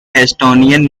estonian